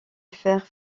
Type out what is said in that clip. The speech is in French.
faire